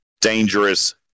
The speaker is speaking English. dangerous